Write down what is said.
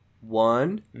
One